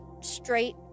straight